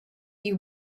you